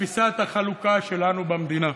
בתפיסת החלוקה שלנו במדינה.